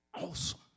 awesome